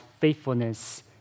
faithfulness